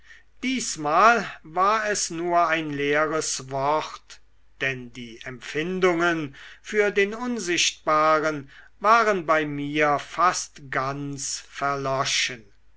diesmal war es nur ein leeres wort denn die empfindungen für den unsichtbaren waren bei mir fast ganz verloschen